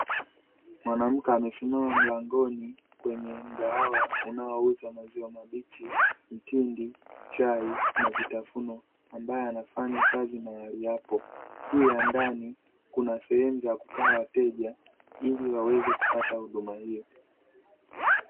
Mwanamke amesimama mlangoni kwenye mgahawa unaouza: maziwa mabichi, mtindi, chai, na vitafuno; ambaye anafanya kazi mahali hapo. Pia ndani kuna sehemu za kukaa wateja ili waweze kupata huduma hiyo.